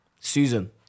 Susan